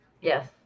yes